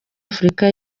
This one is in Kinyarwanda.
afurika